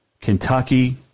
Kentucky